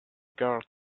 guards